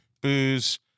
booze